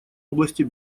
области